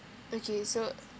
okay so